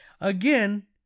Again